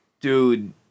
Dude